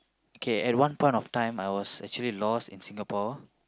K at one point of time I was actually lost in Singapore